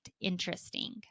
interesting